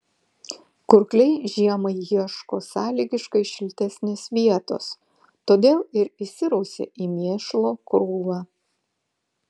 kurkliai žiemai ieško sąlygiškai šiltesnės vietos todėl ir įsirausia į mėšlo krūvą